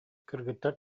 кыргыттар